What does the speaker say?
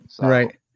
Right